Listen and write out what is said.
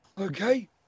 Okay